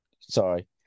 Sorry